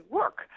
work